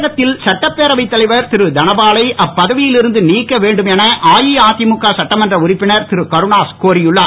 தமிழகத்தில் சட்டப்பேரவைத் தலைவர் திரு தனபாலை அப்பதவியில் இருந்து நீக்க வேண்டும் என அஇஅதிமுக சட்டமன்ற உறுப்பினர் திரு கருணாஸ் கோரியுள்ளார்